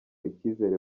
ikizere